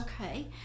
Okay